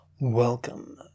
Welcome